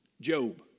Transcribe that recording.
Job